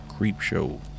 Creepshow